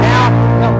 Now